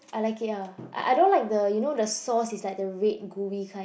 I like it ah I I don't like the you know the sauce is like the red gooey kind